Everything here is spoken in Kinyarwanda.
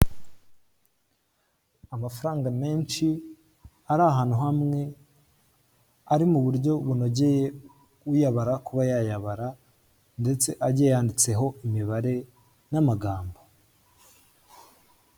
Amafaranga menshi ari ahantu hamwe ari mu buryo bunogeye uyabara kuba yayabara, ndetse agiye yanyanditseho imibare n'amagambo.